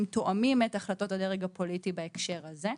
תואמים את החלטות הדרג הפוליטי בהקשר הזה.